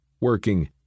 working